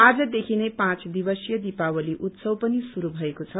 आज देखि नै पाँच दिवसीय दीपावली उत्सव पनि शुरू भएको छ